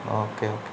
okay okay